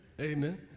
Amen